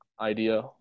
idea